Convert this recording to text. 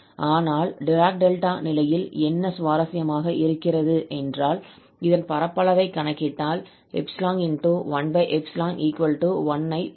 ஆனால் Dirac delta நிலையில் என்ன சுவாரசியமாக இருக்கிறது என்றால் இதன் பரப்பளவை கணக்கிட்டால் ∈× 1∈ 1 ஐ பெறுகிறோம்